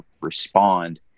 respond